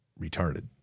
retarded